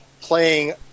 playing